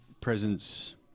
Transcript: presence